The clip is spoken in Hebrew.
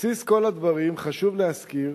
בבסיס כל הדברים חשוב להזכיר